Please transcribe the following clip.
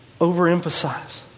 overemphasize